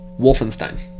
Wolfenstein